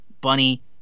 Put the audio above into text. Bunny